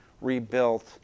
rebuilt